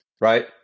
Right